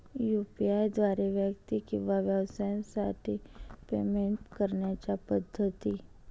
UPI द्वारे व्यक्ती किंवा व्यवसायांसाठी पेमेंट करण्याच्या पद्धती